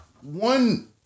One